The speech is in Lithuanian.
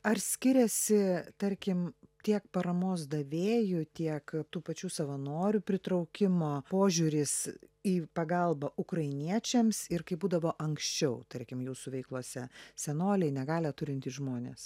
ar skiriasi tarkim tiek paramos davėjų tiek tų pačių savanorių pritraukimo požiūris į pagalbą ukrainiečiams ir kaip būdavo anksčiau tarkim jūsų veiklose senoliai negalią turintys žmonės